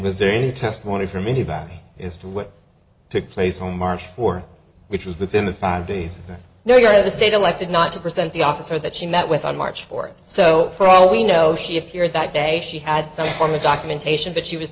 was there any testimony from anybody is what took place on march fourth which was within the five days now you're the state elected not to present the officer that she met with on march fourth so for all we know she appeared that day she had some form of documentation but she was